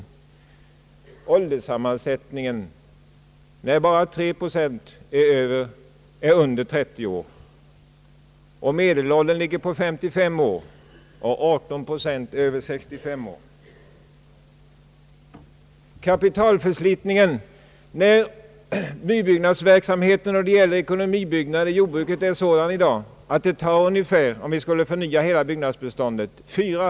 Vad gäller ålderssammansättningen är bara 3 procent av jordbruksbefolkningen under 30 år, medelåldern ligger på 55 år, och 18 procent är över 65 år. Om vi ser på kapitalförslitningen är nybyggnadsverksamheten, när det gäller ekonomibyggnader inom jordbruket, i dag sådan att det med den takten tar över 400 år att förnya hela byggnadsbeståndet.